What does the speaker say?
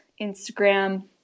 Instagram